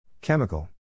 Chemical